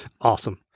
Awesome